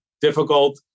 difficult